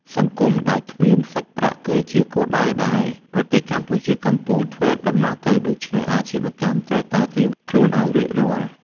សង្គមដែលគ្មានសាច់ប្រាក់ គឺជាទិសដៅដែលប្រទេសកម្ពុជាកំពុងធ្វើដំណើរទៅ ដូច្នេះអាជីវកម្មត្រូវតែត្រៀមខ្លួនឱ្យរួចរាល់។